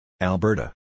Alberta